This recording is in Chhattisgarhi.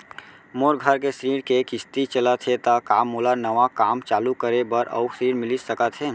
मोर घर के ऋण के किसती चलत हे ता का मोला नवा काम चालू करे बर अऊ ऋण मिलिस सकत हे?